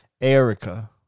Erica